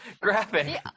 graphic